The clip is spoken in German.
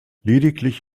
lediglich